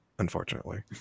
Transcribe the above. Unfortunately